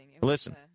Listen